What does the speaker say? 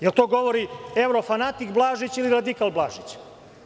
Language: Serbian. Da li to govori evro-fanatik Blažić ili radikal Blažić?